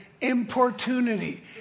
importunity